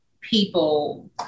people